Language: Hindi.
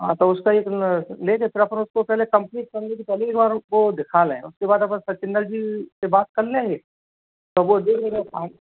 हाँ तो उसका एक ना ले कर फिर अपन उसको पहले कम्प्लीट करने से पहले एक बार उसको दिखा लें उसके बाद अपन सचिन्दर जी से बात कर ले तब वो जो बोले हम